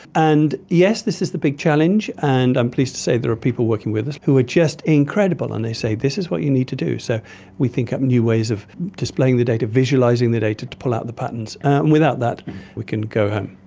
and yes, this is the big challenge, and i'm pleased to say there are people working with us who are just incredible and they say this is what you need to do. so we think up new ways of displaying the data, visualising the data to pull out the patterns. and without that we can go home.